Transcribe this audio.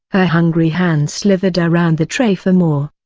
her hungry hands slithered around the tray for more.